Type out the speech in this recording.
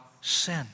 sin